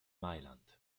mailand